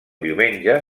diumenge